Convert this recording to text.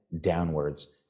downwards